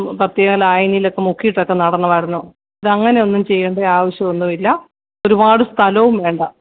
പ്രത്യേക ലായിനിയിലൊക്കെ മുക്കിയിട്ടൊക്കെ നടണമായിരുന്നു ഇതങ്ങനെയൊന്നും ചെയ്യേണ്ട ആവശ്യമൊന്നുമില്ല ഒരുപാട് സ്ഥലവും വേണ്ട